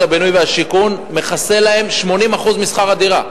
הבינוי והשיכון מכסה להן 80% משכר הדירה,